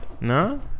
No